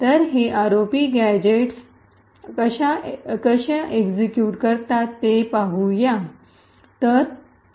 तर हे ROP gadgets कशा एक्सिक्यूट करतात ते पाहू